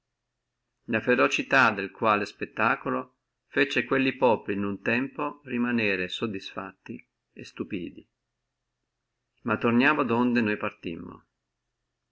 la ferocità del quale spettaculo fece quelli populi in uno tempo rimanere satisfatti e stupidi ma torniamo donde noi partimmo